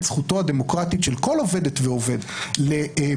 זכותו הדמוקרטית של כל עובד ועובדת לביטוי.